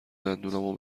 دندونامو